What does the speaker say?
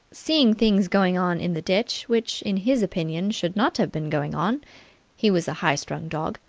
seeing things going on in the ditch which in his opinion should not have been going on he was a high-strung dog,